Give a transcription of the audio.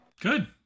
Good